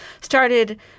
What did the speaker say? started